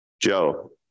Joe